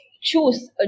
choose